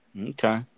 Okay